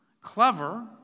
clever